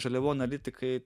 žaliavų analitikai